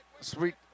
sweet